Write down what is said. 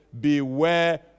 beware